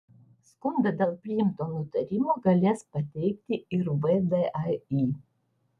skundą dėl priimto nutarimo galės pateikti ir vdai